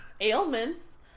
ailments